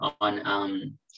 on